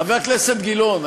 חבר הכנסת גילאון,